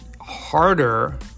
harder